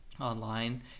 online